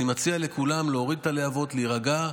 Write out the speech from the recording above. אני מציע לכולם להוריד את הלהבות, להירגע.